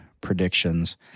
predictions